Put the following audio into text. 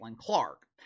Clark